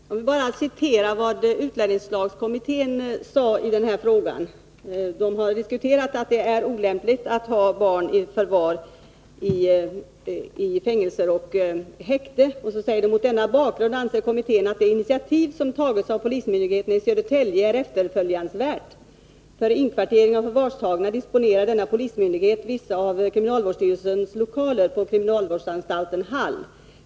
Herr talman! Jag vill bara citera vad utlänningslagkommittén sade i den här frågan. Man har diskuterat det olämpliga i att ha barn i förvar i fängelser och häkte, och sedan säger man: ”Mot denna bakgrund anser kommittén att det initiativ som tagits av polismyndigheten i Södertälje är efterföljansvärt. För inkvartering av förvarstagna disponerar denna polismyndighet vissa av KVS” lokaler på kriminalvårdsanstalten Hall.